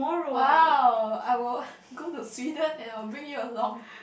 !wow! I will go to Sweden and I will bring you along